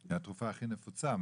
זה התרופה הכי נפוצה,